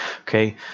okay